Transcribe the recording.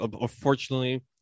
unfortunately